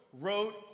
wrote